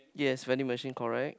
yes vending machine correct